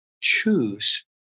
choose